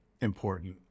important